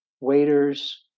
waiters